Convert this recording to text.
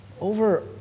Over